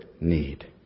need